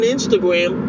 Instagram